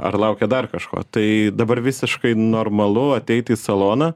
ar laukia dar kažko tai dabar visiškai normalu ateiti į saloną